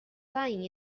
lying